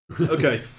Okay